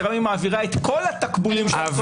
כי רמ"י מעבירה את כל התקבולים --- אבל